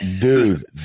Dude